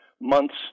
months